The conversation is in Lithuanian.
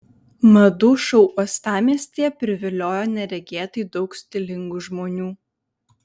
madų šou uostamiestyje priviliojo neregėtai daug stilingų žmonių